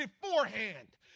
beforehand